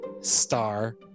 star